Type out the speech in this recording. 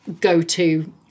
go-to